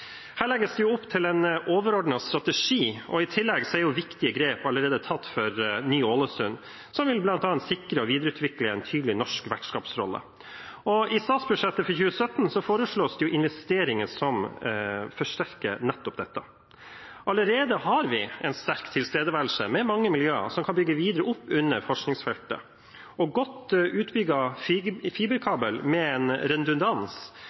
Her legges det opp til en overordnet strategi, og i tillegg er viktige grep allerede tatt for Ny-Ålesund, som bl.a. vil sikre og videreutvikle en tydelig norsk vertskapsrolle. I statsbudsjettet for 2017 foreslås det investeringer som forsterker nettopp dette. Vi har allerede en sterk tilstedeværelse med mange miljøer som kan bygge videre opp under forskningsfeltet, og en godt